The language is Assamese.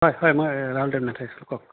হয় হয় মই ৰাহুল দেৱনাথে কওক